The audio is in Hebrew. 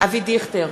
אבי דיכטר,